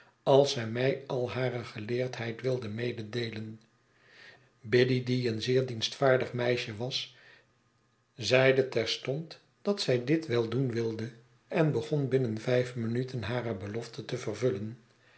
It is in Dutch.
als zij mij al hare geleerdheid wilde mededeelen biddy die een zeer dienstvaardig meisje was zeide terstond dat zij dit wel doen wilde en begon binnen vijf minuten hare belofte te vervullen